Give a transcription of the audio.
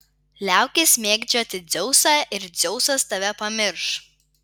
liaukis mėgdžioti dzeusą ir dzeusas tave pamirš